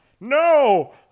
no